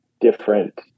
different